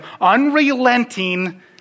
unrelenting